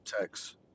Text